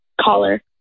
collar